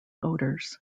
odors